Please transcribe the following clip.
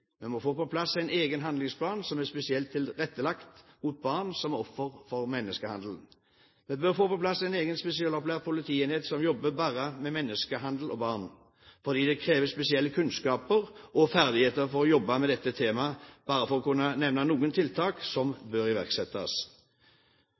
må få på plass en egen handlingsplan som er spesielt rettet mot barn som er offer for menneskehandel. Vi bør få på plass en egen spesialopplært politienhet som jobber bare med menneskehandel og barn, fordi det kreves spesielle kunnskaper og ferdigheter for å jobbe med dette temaet, bare for å nevne noen tiltak som